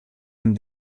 him